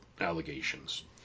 allegations